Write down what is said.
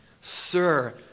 Sir